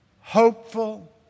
hopeful